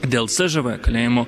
dėl cžv kalėjimo